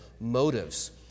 motives